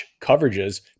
coverages